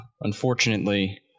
Unfortunately